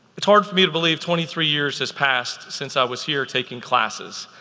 it's hard for me to believe twenty three years has passed since i was here taking classes.